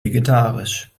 vegetarisch